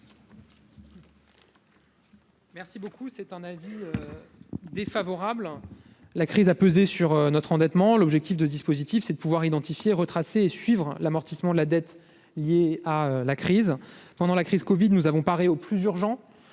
Merci beaucoup, c'est un avis défavorable, la crise a pesé sur notre endettement, l'objectif de dispositifs, c'est de pouvoir identifier retracer suivre l'amortissement de la dette liée à la crise pendant la crise Covid nous avons parer au plus urgent,